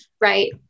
right